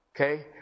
okay